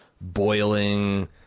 boiling